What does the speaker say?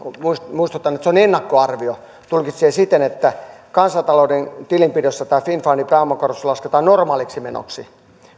muistutan että se on ennakkoarvio tulkitsee siten että kansantalouden tilinpidossa tämä finnfundin pääomakorotus lasketaan normaaliksi menoksi